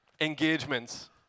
Engagements